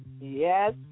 yes